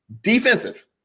Defensive